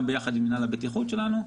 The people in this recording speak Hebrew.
גם יחד עם מינהל הבטיחות שלנו,